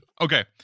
Okay